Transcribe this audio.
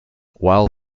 while